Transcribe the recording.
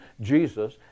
Jesus